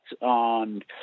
on